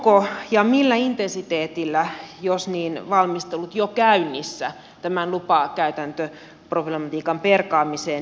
ovatko ja jos niin millä intensiteetillä valmistelut jo käynnissä tämän lupakäytäntöproblematiikan perkaamiseksi